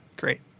great